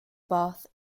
bath